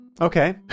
okay